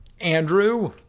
Andrew